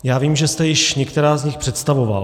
Já vím, že jste již některá z nich představoval.